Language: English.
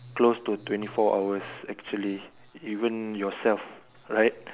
close to twenty four hours actually even yourself right